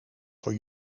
voor